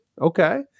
Okay